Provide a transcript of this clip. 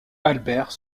albert